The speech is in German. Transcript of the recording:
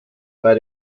bei